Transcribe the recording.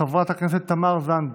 חברת הכנסת תמר זנדברג,